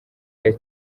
y’i